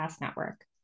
Network